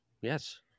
Yes